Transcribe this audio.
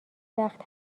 وقت